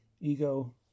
ego